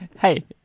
Hey